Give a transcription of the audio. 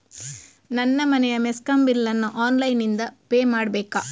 ನನ್ನ ಮನೆಯ ಮೆಸ್ಕಾಂ ಬಿಲ್ ಅನ್ನು ಆನ್ಲೈನ್ ಇಂದ ಪೇ ಮಾಡ್ಬೇಕಾ?